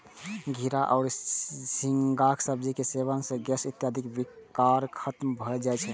घिवरा या झींगाक सब्जी के सेवन सं गैस इत्यादिक विकार खत्म भए जाए छै